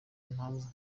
impamvu